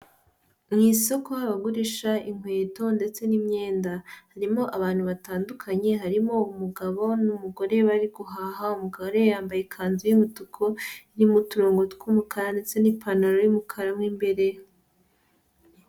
Mu isoko aho bagurisha inkweto ndetse n'imyenda, harimo abantu batandukanye, harimo umugabo n'umugore bari guhaha, umugore yambaye ikanzu y'umutuku irimo uturongo tw'umukara ndetse n'ipantaro y'umukara mo mbere.